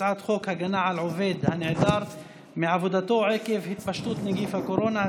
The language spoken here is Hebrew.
הצעת חוק הגנה על עובד הנעדר מעבודתו עקב התפשטות נגיף הקורונה,